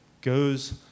goes